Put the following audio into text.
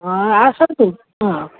ହଁ ଆସନ୍ତୁ ହଁ